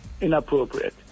inappropriate